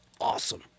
awesome